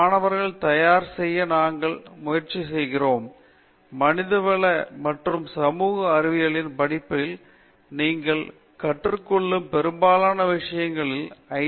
மாணவர்களை தயார் செய்ய நாங்கள் முயற்சி செய்கிறோம் மனிதவள மற்றும் சமூக அறிவியல்களில் பட்டபடிப்பில் நீங்கள் கற்றுக் கொள்ளும் பெரும்பாலான விஷயங்கள் ஐ